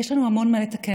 יש לנו המון מה לתקן,